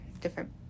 different